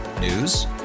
News